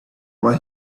what